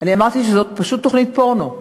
אמרתי שזאת פשוט תוכנית פורנו.